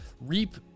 Reap